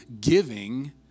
giving